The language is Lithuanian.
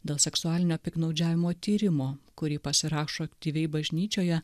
dėl seksualinio piktnaudžiavimo tyrimo kurį pasirašo aktyviai bažnyčioje